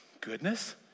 Goodness